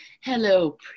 hello